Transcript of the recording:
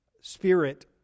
spirit